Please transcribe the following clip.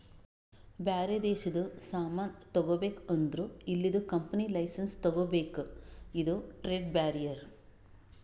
ಬ್ಯಾರೆ ದೇಶದು ಸಾಮಾನ್ ತಗೋಬೇಕ್ ಅಂದುರ್ ಇಲ್ಲಿದು ಕಂಪನಿ ಲೈಸೆನ್ಸ್ ತಗೋಬೇಕ ಇದು ಟ್ರೇಡ್ ಬ್ಯಾರಿಯರ್